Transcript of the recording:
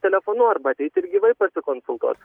telefonu arba ateiti ir gyvai pasikonsultuot